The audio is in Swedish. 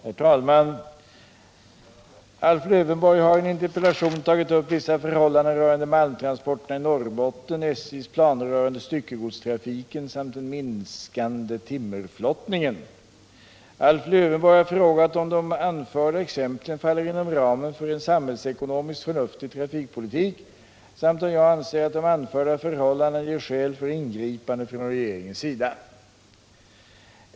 Herr talman! Alf Lövenborg har i en interpellation tagit upp vissa förhållanden rörande malmtransporterna i Norrbotten, SJ:s planer rörande styckegodstrafiken samt den minskande timmerflottningen. Alf Lövenborg har frågat om de anförda exemplen faller inom ramen för en samhällsekonomiskt förnuftig trafikpolitik samt om jag anser att de anförda förhållandena ger skäl för ingripande från regeringens sida.